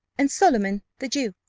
and solomon, the jew,